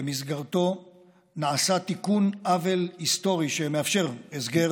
ובמסגרתו נעשה תיקון עוול היסטורי שמאפשר הסגר